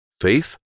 FAITH